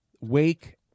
Wake